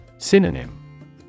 Synonym